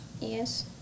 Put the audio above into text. Yes